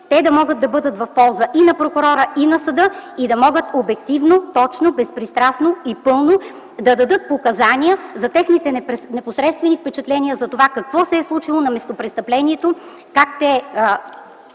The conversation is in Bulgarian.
те да могат да бъдат в полза и на прокурора, и на съда и да могат обективно, точно, безпристрастно и пълно да дадат показания за техните непосредствени впечатления за това какво се е случило на местопрестъплението, как те